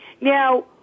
now